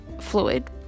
fluid